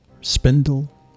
spindle